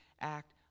act